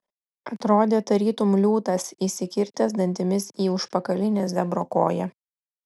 atrodė tarytum liūtas įsikirtęs dantimis į užpakalinę zebro koją